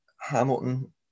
Hamilton